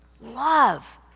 love